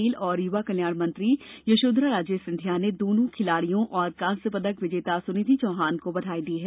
खेल और युवा कल्याण मंत्री श्रीमती यशोधरा राजे सिंधिया ने दोनों खिलाड़ियों और कांस्य पदक विजेता सुनिधि चौहान को बधाई दी हैं